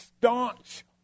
staunch